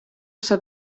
esa